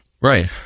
Right